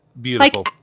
Beautiful